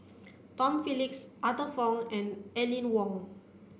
Tom Phillips Arthur Fong and Aline Wong